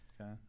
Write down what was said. Okay